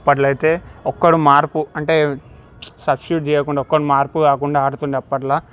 అప్పట్లో అయితే ఒక్కడు మార్పు అంటే సబ్స్ట్యూట్ చేయకుండా ఒక్కడు మార్పు కాకుండా ఆడుతుండే అప్పట్లో